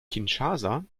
kinshasa